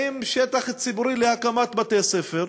עם שטח ציבורי להקמת בתי-ספר,